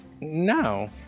No